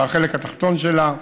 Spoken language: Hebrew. בחלק התחתון שלה.